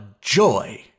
joy